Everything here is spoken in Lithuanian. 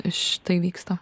šitai vyksta